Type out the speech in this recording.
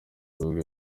ubwo